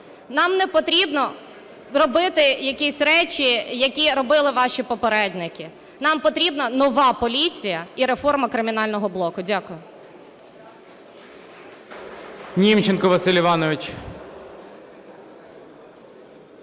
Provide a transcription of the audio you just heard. нам не потрібно робити якісь речі, які робили ваші попередники, нам потрібна нова поліція і реформа кримінального блоку. Дякую.